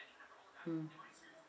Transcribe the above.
mm